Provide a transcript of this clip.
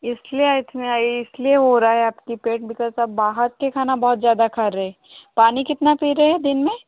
इस लिए में इस लिए हो रहा है आपका पेट में बिकस आप बाहर का खाना बहुत ज़्यादा खा रहे हैं पानी कितना पी रहे हैं दिन में